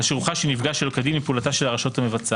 כאשר הוא חש שנפגע שלא כדין מפעולתה של הרשות המבצעת.